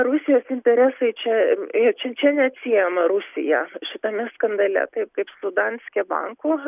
rusijos interesai čia čia čia neatsiejama rusija šitame skandale taip kaip su danske banku